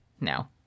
now